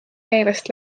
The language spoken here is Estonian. meelest